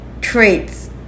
traits